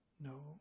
no